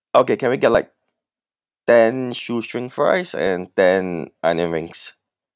okay can we get like ten shoestring fries and ten onion rings